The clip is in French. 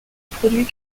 produit